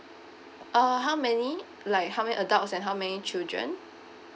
uh how many like how many adults and how many children